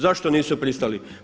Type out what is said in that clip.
Zašto nisu pristali?